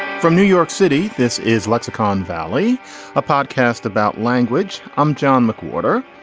from new york city. this is lexicon valley a podcast about language. i'm john mcwhorter.